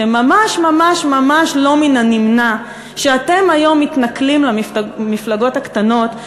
שממש ממש ממש לא מן הנמנע שאתם היום מתנכלים למפלגות הקטנות,